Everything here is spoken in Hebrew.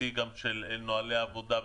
בסיסי של נהלי עבודה,